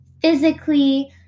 physically